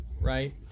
right